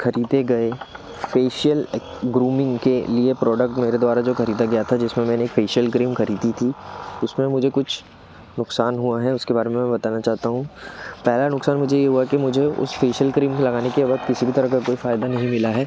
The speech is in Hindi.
ख़रीदे गए फ़ेशियल ग्रूमिंग के लिए प्रोडक्ट मेरे द्वारा जो ख़रीदा गया था जिसमें मैंने एक फ़ेशियल क्रीम ख़रीदी थी उसमें मुझे कुछ नुक़सान हुआ है उसके बारे में मैं बताना चाहता हूँ पहला नुक़सान मुझे ये हुआ कि मुझे उस फ़ेशियल क्रीम लगाने के बाद किसी भी तरह का कोई फ़ायदा नहीं मिला है